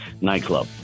nightclub